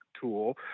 tool